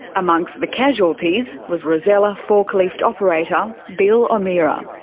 amongst the casualties was rosella forklift operator, bill o'meara.